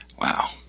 Wow